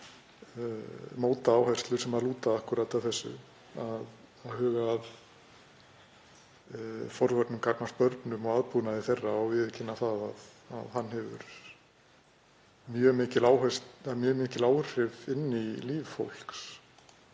móta áherslur sem lúta akkúrat að þessu, að huga að forvörnum gagnvart börnum og aðbúnaði þeirra og viðurkenna að slíkt hefur mjög mikil áhrif á líf fólks,